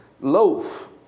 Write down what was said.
loaf